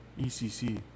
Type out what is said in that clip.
ECC